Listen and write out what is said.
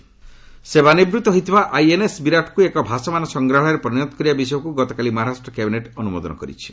INS Viraat museum ସେବାନିବୃତ୍ତ ହୋଇଥିବା INS ବିରାଟ୍କୁ ଏକ ଭାସମାନ ସଂଗ୍ରହାଳୟରେ ପରିଣତ କରିବା ବିଷୟକ୍ତ ଗତକାଲି ମହାରାଷ୍ଟ୍ର କ୍ୟାବିନେଟ୍ ଅନୁମୋଦନ କରିଛି